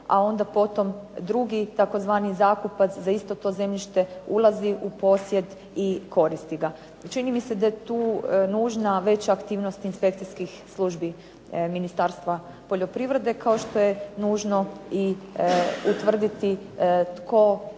a onda potom drugi tzv. zakupac za isto to zemljište ulazi u posjed i koristi ga. Čini mi se da je tu nužna veća aktivnost inspekcijskih službi Ministarstva poljoprivrede, kao što je nužno i utvrditi tko